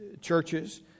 churches